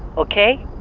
ok?